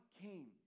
came